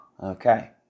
okay